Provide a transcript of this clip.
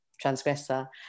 transgressor